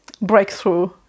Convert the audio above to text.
breakthrough